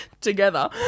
together